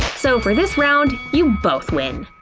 so for this round, you both win!